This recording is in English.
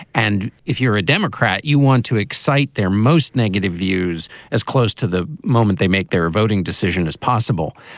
and if you're a democrat, you want to excite their most negative views as close to the moment they make their voting decision as possible.